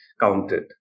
counted